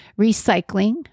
recycling